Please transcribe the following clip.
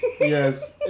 yes